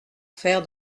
faire